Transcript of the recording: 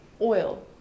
oil